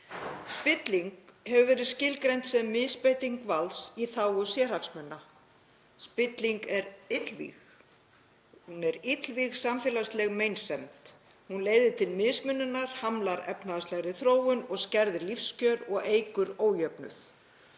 Spilling hefur verið skilgreind sem misbeiting valds í þágu sérhagsmuna. Spilling er illvíg, hún er illvíg samfélagsleg meinsemd. Hún leiðir til mismununar, hamlar efnahagslegri þróun, skerðir lífskjör og eykur ójöfnuð.